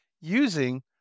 using